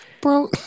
bro